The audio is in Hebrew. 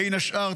בין השאר,